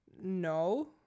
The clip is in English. no